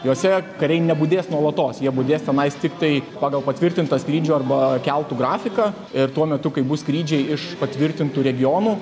jose kariai nebudės nuolatos jie budės tenais tiktai pagal patvirtintą skrydžio arba keltų grafiką ir tuo metu kai bus skrydžiai iš patvirtintų regionų